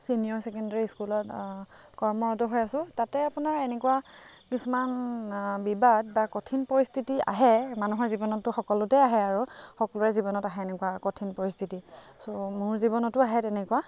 senior secondary স্কুলত কৰ্মৰত হৈ আছোঁ তাতে আপোনাৰ এনেকুৱা কিছুমান বিবাদ বা কঠিন পৰিস্থিতি আহে মানুহৰ জীৱনতো সকলোতে আহে আৰু সকলোৰে জীৱনত আহে এনেকুৱা কঠিন পৰিস্থিতি ছ' মোৰ জীৱনতো আহে তেনেকুৱা